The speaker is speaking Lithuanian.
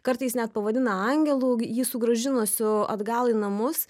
kartais net pavadina angelu jį sugrąžinusiu atgal į namus